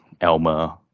Elmer